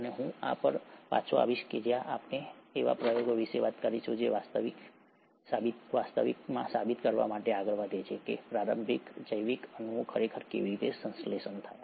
અને હું આ પર પાછો આવીશ જ્યારે આપણે એવા પ્રયોગો વિશે વાત કરીશું જે વાસ્તવમાં સાબિત કરવા માટે આગળ વધે છે કે પ્રારંભિક જૈવિક અણુઓ ખરેખર કેવી રીતે સંશ્લેષણ થયા